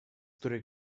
której